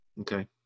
Okay